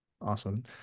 Awesome